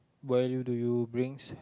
where do you brings